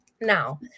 Now